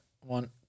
One